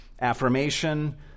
affirmation